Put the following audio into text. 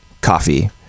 coffee